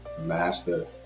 master